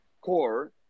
core